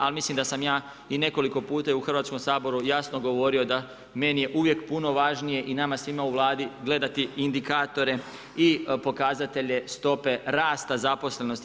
Ali mislim da sam ja i nekoliko puta i u Hrvatskom saboru jasno govorio da meni je uvijek puno važnije i nama svima u Vladi gledati indikatore i pokazatelje stope rasta zaposlenosti.